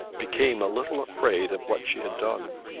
became a little afraid of what she had done.